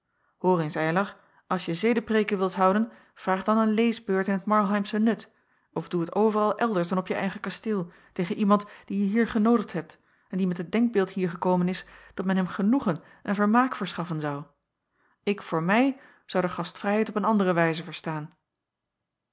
eens eylar als je zedepreêken wilt houden vraag dan een leesbeurt in t marlheimsche nut of doe het overal elders dan op je eigen kasteel tegen iemand die je hier genoodigd hebt en die met het denkbeeld hier gekomen is dat men hem genoegen en vermaak verschaffen zou ik voor mij zou de gastvrijheid op een andere wijze verstaan